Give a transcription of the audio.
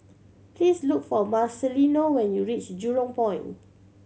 please look for Marcelino when you reach Jurong Point